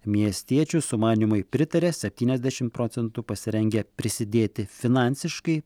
miestiečių sumanymui pritarė septyniasdešimt procentų pasirengę prisidėti finansiškai